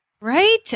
Right